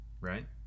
right